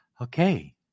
okay